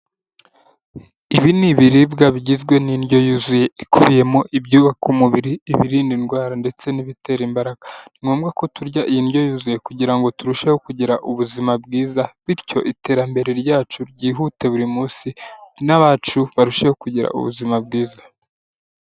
Ibi ni ibiribwa bigizwe n'indyo yuzuye ikubiyemo ibyubaka umubiri, ibirinda indwara ndetse n'ibitera imbaraga, ni ngombwa ko turya iyi ndyo yuzuye kugira ngo turusheho kugira ubuzima bwiza bityo iterambere ryacu ryihute buri munsi n'abacu barusheho kugira ubuzima bwiza.